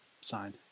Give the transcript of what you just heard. signed